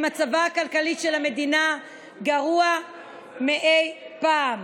מצבה הכלכלי של המדינה גרוע מאי פעם.